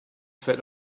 felt